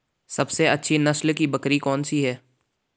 सबसे अच्छी नस्ल की बकरी कौन सी है?